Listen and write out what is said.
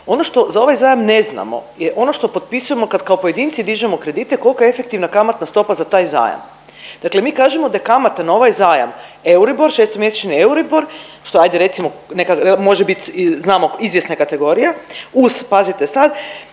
Ono što za ovaj zajam ne znamo je ono što potpisujemo kada kao pojedinci dižemo kredite, kolika je efektivna kamatna stopa za taj zajam. Dakle mi kažemo da je kamata na ovaj zajam Euribor, šestomjesečni Euribor, što je, ajde, recimo, neka, može biti, znamo, izvjesna je kategorija, uz, pazite sad,